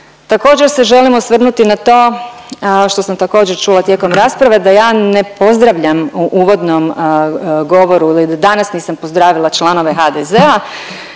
Također se želim osvrnuti na to, što sam također čula tijekom rasprave da ja ne pozdravljam u uvodnom govoru ili da danas nisam pozdravila članove HDZ-a,